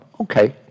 Okay